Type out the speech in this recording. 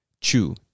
Chew